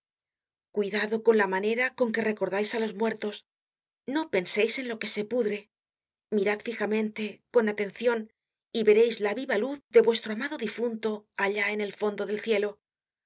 cuidado con la manera con que recordais á los muertos no penseis en lo que se pudre mirad flojamente con atencion y vereis la viva luz de vuestro amado difunto allá en el fondo del cielo